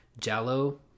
jello